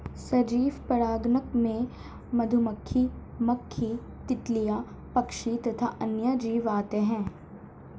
सजीव परागणक में मधुमक्खी, मक्खी, तितलियां, पक्षी तथा अन्य जीव आते हैं